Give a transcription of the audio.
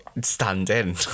stand-in